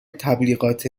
تبلیغات